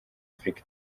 afurika